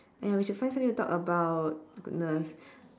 !aiya! we should find something to talk about goodness